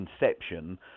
inception